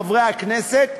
חברי הכנסת,